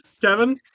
Kevin